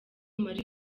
marie